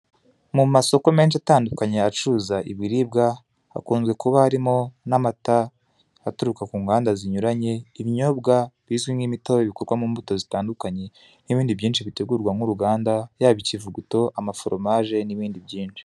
Mumasoko menshi atandukanye acuruza ibiribwa hakunze kuba harimo n'amata aturuka kunganda zinyuranye ibinyobwa bizwi nkimitobe bikorwa mumbuto zitandukanye nibindi byinshi bitegurwa nk'uruganda yaba ikivuguto, amaforomaje nibindi byinshi.